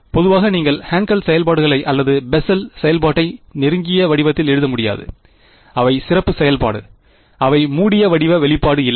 பொதுவாக நீங்கள் ஹாங்கல் செயல்பாடுகளை அல்லது பெசல் செயல்பாட்டை நெருங்கிய வடிவத்தில் எழுத முடியாது அவை சிறப்பு செயல்பாடு அவை மூடிய வடிவ வெளிப்பாடு இல்லை